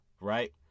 right